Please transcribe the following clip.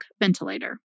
ventilator